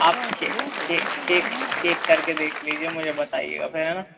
आप check check कर के देख लीजिए मुझे बताइएगा फिर है ना